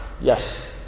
Yes